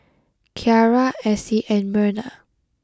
Kyara Essie and Myrna